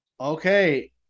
Okay